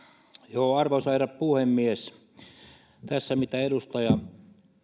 arvoisa herra puhemies edustaja al taee